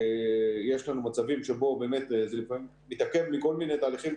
יש לנו מצבים שבהם זה לפעמים מתעכב מכל מיני תהליכים